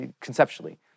conceptually